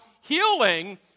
healing